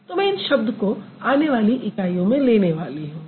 तो मैं इन शब्दों को आने वाली इकाइयों में लेने वाली हूँ